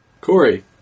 Corey